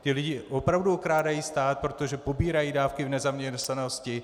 Ti lidé opravdu okrádají stát, protože pobírají dávky v nezaměstnanosti.